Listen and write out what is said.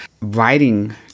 writing